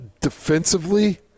Defensively